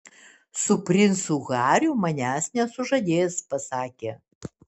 su princu hariu manęs nesužadės pasakė